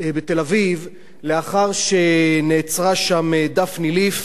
ומשתלטים עכשיו על שטח שלא יאפשר התפתחות לפלסטינים.